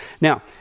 Now